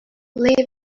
live